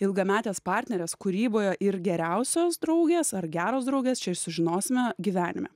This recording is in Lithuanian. ilgametės partnerės kūryboje ir geriausios draugės ar geros draugės sužinosime gyvenime